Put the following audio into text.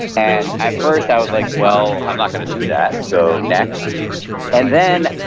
and at first, i was like well, i'm not going to do that, so next and then,